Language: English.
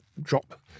drop